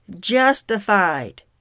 justified